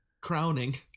crowning